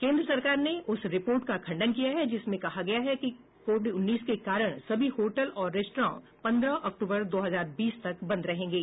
केंद्र सरकार ने उस रिपोर्ट का खंडन किया है जिसमें कहा गया है कि कोविड उन्नीस के कारण सभी होटल और रेस्त्रां पंद्रह अक्तूबर दो हजार बीस तक बंद रहेंगे